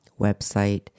website